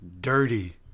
dirty